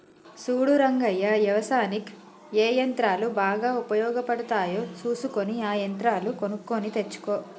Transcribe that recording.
సూడు రంగయ్య యవసాయనిక్ ఏ యంత్రాలు బాగా ఉపయోగపడుతాయో సూసుకొని ఆ యంత్రాలు కొనుక్కొని తెచ్చుకో